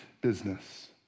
business